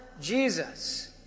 Jesus